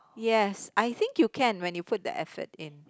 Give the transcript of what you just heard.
yes I think you can when you put the effort in